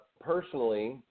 personally